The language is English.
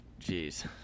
Jeez